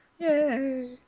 Yay